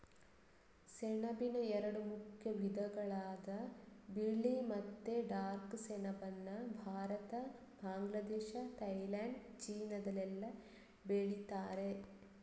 ಸೆಣಬಿನ ಎರಡು ಮುಖ್ಯ ವಿಧಗಳಾದ ಬಿಳಿ ಮತ್ತೆ ಡಾರ್ಕ್ ಸೆಣಬನ್ನ ಭಾರತ, ಬಾಂಗ್ಲಾದೇಶ, ಥೈಲ್ಯಾಂಡ್, ಚೀನಾದಲ್ಲೆಲ್ಲ ಬೆಳೀತಾರೆ